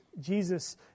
Jesus